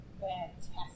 Fantastic